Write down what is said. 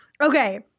Okay